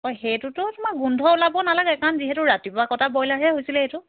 অঁ সেইটো তোমাৰ গোন্ধ ওলাব নালাগে কাৰণ যিহেতু ৰাতিপুৱা কটা ব্ৰইলাৰহে আছিলে সেইটো